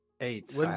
Eight